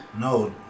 No